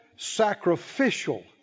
sacrificial